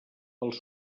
pels